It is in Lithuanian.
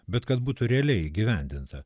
bet kad būtų realiai įgyvendinta